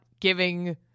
giving